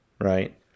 Right